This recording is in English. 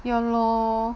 ya lor